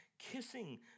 kissing